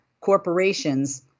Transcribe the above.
corporations